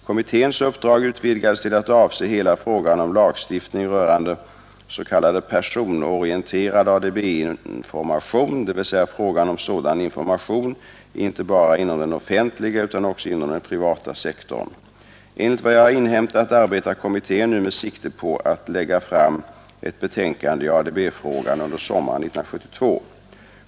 Kommitténs uppdrag utvidgades till att avse hela frågan om lagstiftning rörande s.k. personorienterad ADB-information, dvs. frågan om sådan information inte bara inom den offentliga utan också inom den privata sektorn. Enligt vad jag har inhämtat arbetar kommittén nu med sikte på att lägga fram ett betänkande i ADB-frågan under sommaren 1972.